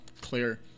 clear